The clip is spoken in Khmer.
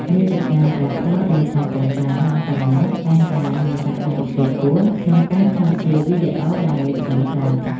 មាតិកាដែលផ្ដោតលើការកម្សាន្ត និងសំណើច តែងតែមានសក្តានុពលខ្ពស់ក្នុងការក្លាយជាវីដេអូដែលល្បីខ្លាំង។